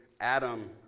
Adam